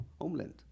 homeland